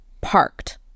parked